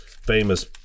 famous